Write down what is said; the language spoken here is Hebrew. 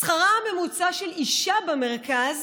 שכרה הממוצע של אישה במרכז